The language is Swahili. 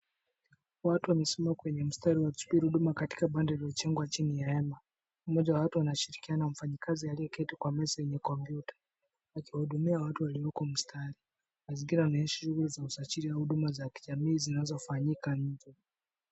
Watu wamesimama kwenye mstari wa kuchukua huduma katika banda lililojengwa chini ya hema, mmoja wa watu anashirikiana na mfanyikazi aliyeketi kwa meza yenye kompyuta, akiwahudumia watu walioko mstari, mazingira yanaonyesha shughuli za usaliji ya huduma za kijamii zinazofanyika nje.